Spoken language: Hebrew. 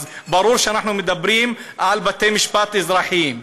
אז ברור שאנחנו מדברים על בתי משפט אזרחיים.